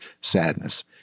sadness